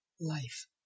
life